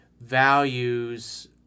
values